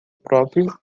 próprio